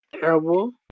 Terrible